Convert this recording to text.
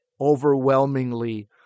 overwhelmingly